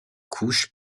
couches